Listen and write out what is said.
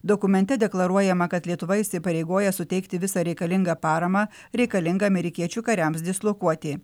dokumente deklaruojama kad lietuva įsipareigoja suteikti visą reikalingą paramą reikalingą amerikiečių kariams dislokuoti